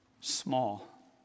Small